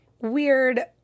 weird